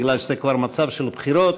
בגלל שזה כבר מצב של בחירות,